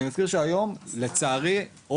לצערי כמובן,